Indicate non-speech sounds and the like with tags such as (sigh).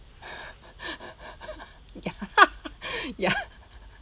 (laughs) ya (laughs) ya